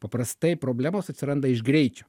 paprastai problemos atsiranda iš greičio